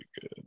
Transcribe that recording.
good